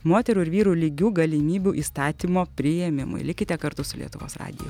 moterų ir vyrų lygių galimybių įstatymo priėmimui likite kartu su lietuvos radiju